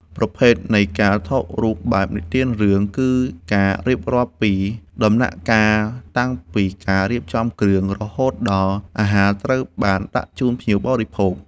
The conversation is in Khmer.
ប្រភេទនៃការថតរូបបែបនិទានរឿង គឺការរៀបរាប់ពីដំណាក់កាលតាំងពីការរៀបចំគ្រឿង រហូតដល់អាហារត្រូវបានដាក់ជូនភ្ញៀវបរិភោគ។